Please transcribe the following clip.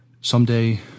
Someday –